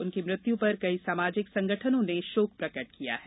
उनकी मृत्यु पर कई सामाजिक संगठनों ने शोक प्रकट किया है